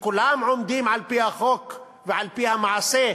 שכולם עומדים, על-פי החוק, ועל-פי המעשה,